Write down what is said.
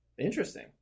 Interesting